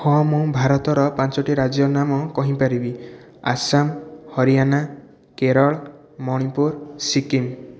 ହଁ ମୁଁ ଭାରତର ପାଞ୍ଚଟି ରାଜ୍ୟର ନାମ କହିପାରିବି ଆସାମ ହରିୟାଣା କେରଳ ମଣିପୁର ସିକ୍କିମ